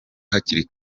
hakiri